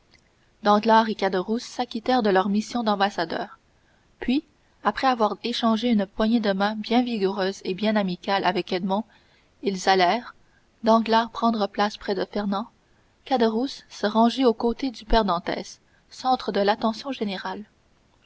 danglars et caderousse s'acquittèrent de leur mission d'ambassadeurs puis après avoir échangé une poignée de main bien vigoureuse et bien amicale avec edmond ils allèrent danglars prendre place près de fernand caderousse se ranger aux côtés du père dantès centre de l'attention générale